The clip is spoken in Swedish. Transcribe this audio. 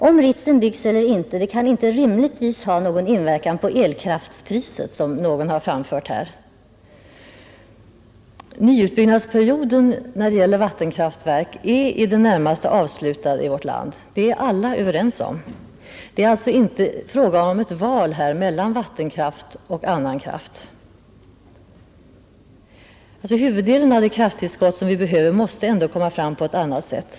Om Ritsem byggs eller inte kan inte rimligtvis ha någon inverkan på elkraftpriset, som någon har påstått här. Nyutbyggnadsperioden när det gäller vattenkraftverk är i det närmaste avslutad i vårt land, det är alla överens om. Det är alltså inte fråga om ett val mellan vattenkraft och annan kraft. Huvuddelen av det krafttillskott som vi behöver måste ändå tas fram på ett annat sätt.